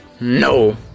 No